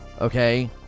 okay